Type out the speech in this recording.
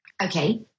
Okay